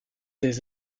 des